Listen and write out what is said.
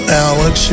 alex